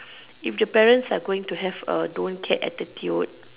if the parents are going to have a don't care attitude